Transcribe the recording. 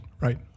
right